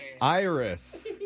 Iris